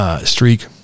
streak